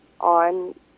on